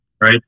right